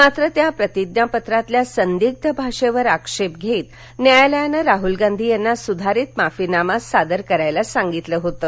मात्र त्या प्रतिज्ञापत्रातल्या संदिग्ध भाषेवर आक्षेप घेत न्यायालयानं राहूल गांधी यांना सुधारित माफीनामा सदर करण्यास सांगितलं होतं